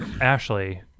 Ashley